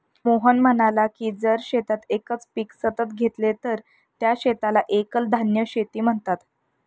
मोहन म्हणाला की जर शेतात एकच पीक सतत घेतले तर त्या शेताला एकल धान्य शेती म्हणतात